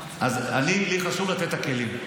לי חשוב לתת את הכלים,